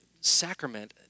sacrament